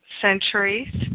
centuries